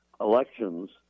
elections